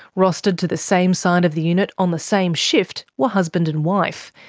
rostered to the same side of the unit on the same shift were husband and wife.